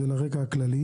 זה לרקע הכללי